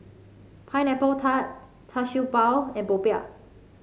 Pineapple Tart Char Siew Bao and popiah